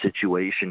situation